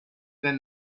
than